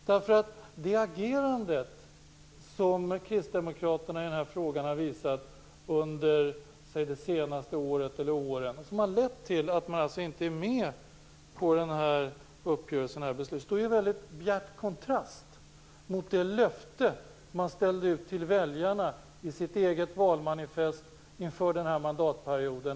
Det agerande som kristdemokraterna har visat i den här frågan under de senaste åren och som har lett till att man inte är med i uppgörelsen, står i bjärt kontrast till det löfte man gav väljarna i sitt eget valmanifest inför den här mandatperioden.